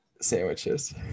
Sandwiches